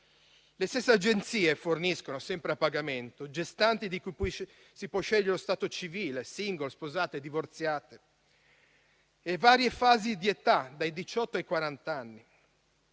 Le stesse agenzie forniscono, sempre a pagamento, gestanti di cui si può scegliere stato civile (*single*, sposate, divorziate) e fascia d'età (dai diciotto ai